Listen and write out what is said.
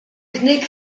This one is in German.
knick